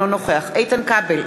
אינו נוכח איתן כבל,